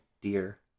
dear